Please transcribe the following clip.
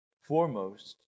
foremost